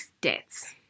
deaths